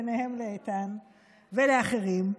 ובהם איתן ואחרים,